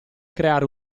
creare